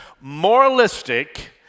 moralistic